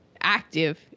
active